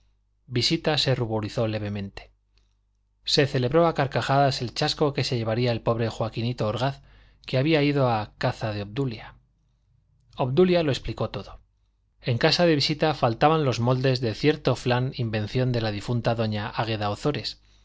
visita se ruborizó levemente se celebró a carcajadas el chasco que se llevaría el pobre joaquinito orgaz que había ido a caza de obdulia obdulia lo explicó todo en casa de visita faltaban los moldes de cierto flan invención de la difunta doña águeda ozores